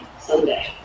Someday